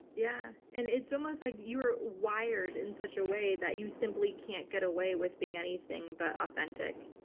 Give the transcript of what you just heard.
yeah. and it's almost like you were wired in such a way that you simply can't get away with being anything but authentic.